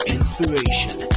Inspiration